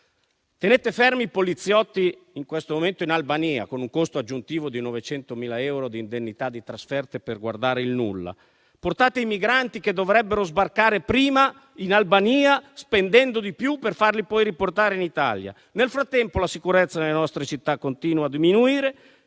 Tenete fermi i poliziotti in questo momento in Albania, con un costo aggiuntivo di 900.000 euro di indennità di trasferta per guardare il nulla; portate i migranti che dovrebbero sbarcare prima in Albania, spendendo di più per farli poi riportare in Italia; nel frattempo, la sicurezza nelle nostre città continua a diminuire,